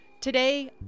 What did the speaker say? Today